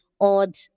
odd